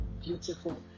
beautiful